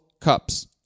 Cups